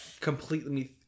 Completely